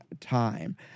time